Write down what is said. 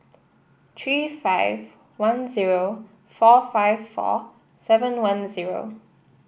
three five one zero four five four seven one zero